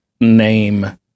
name